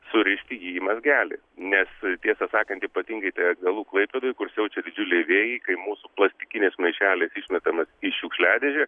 surišti į mazgelį nes tiesą sakant ypatingai tai aktualu klaipėdoj kur siaučia didžiuliai vėjai kai mūsų plastikinis maišelis išmetamas į šiukšliadėžę